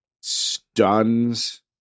stuns